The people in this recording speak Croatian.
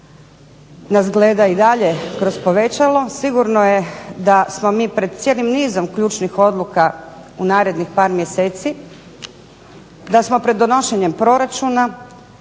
nas gleda i dalje kroz povećalo. Sigurno je da smo mi pred cijelim nizom ključnih odluka u narednih par mjeseci, da smo pred donošenjem proračuna,